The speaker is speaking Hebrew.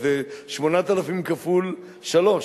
אז זה 8,000 כפול שלוש.